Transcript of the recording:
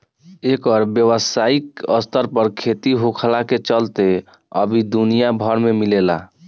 एकर व्यावसायिक स्तर पर खेती होखला के चलते अब इ दुनिया भर में मिलेला